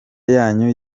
yanyu